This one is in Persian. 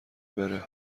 بره